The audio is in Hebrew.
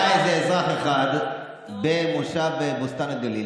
היה איזה אזרח אחד במושב בוסתן הגליל,